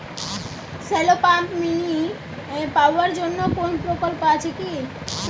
Shallow pump mini power জন্য কোনো প্রকল্প আছে কি?